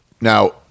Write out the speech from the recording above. Now